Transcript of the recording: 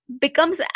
becomes